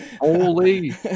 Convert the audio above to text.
Holy